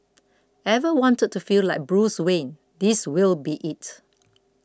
ever wanted to feel like Bruce Wayne this will be it